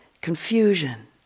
confusion